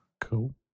Cool